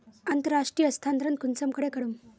अंतर्राष्टीय स्थानंतरण कुंसम करे करूम?